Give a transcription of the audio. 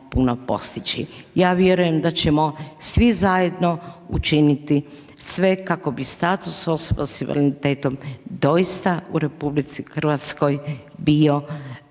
Ja vjerujem da ćemo svi zajedno učiniti sve kako bi status osoba s invaliditetom doista u RH bio na jednoj višoj